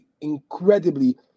incredibly